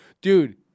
Dude